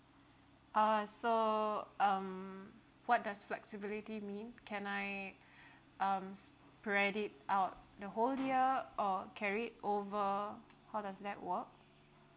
uh so um what does flexibility mean can I um spread it out the whole year or carry over how does that work